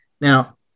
Now